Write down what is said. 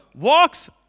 walks